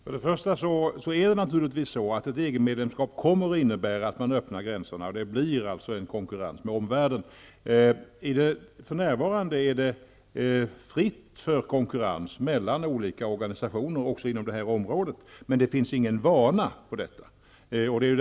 Herr talman! För det första kommer ett EG medlemskap naturligtvis att innebära att man öppnar gränserna, och det blir alltså en konkurrens med omvärlden. För närvarande är det fritt för konkurrens mellan olika organisationer också på det här området, men det finns ingen vana vid detta.